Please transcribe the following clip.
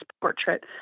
portrait